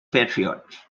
patriot